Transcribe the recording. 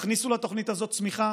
תכניסו לתוכנית הזאת צמיחה